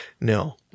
No